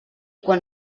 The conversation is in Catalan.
quan